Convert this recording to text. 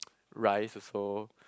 rice also